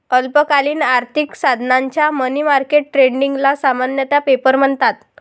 अल्पकालीन आर्थिक साधनांच्या मनी मार्केट ट्रेडिंगला सामान्यतः पेपर म्हणतात